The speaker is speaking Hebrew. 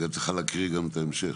רגע את צריכה להקריא גם את ההמשך.